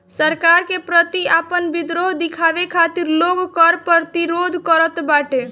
सरकार के प्रति आपन विद्रोह दिखावे खातिर लोग कर प्रतिरोध करत बाटे